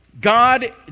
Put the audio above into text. God